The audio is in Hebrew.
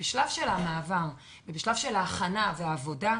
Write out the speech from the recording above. שבשלב המעבר ובשלב ההכנה והעבודה,